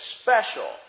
special